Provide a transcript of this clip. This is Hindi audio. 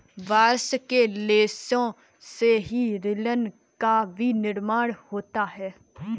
बास्ट के रेशों से ही लिनन का भी निर्माण होता है